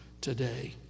today